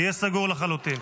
הוא יהיה סגור לחלוטין.